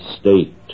state